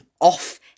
off